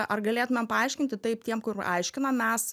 ar galėtumėm paaiškinti taip tiem kur aiškinam mes